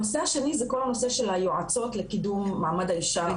הנושא השני זה כל הנושא של היועצות לקידום מעמד האישה,